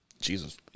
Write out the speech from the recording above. Jesus